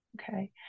okay